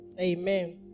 Amen